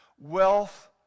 Wealth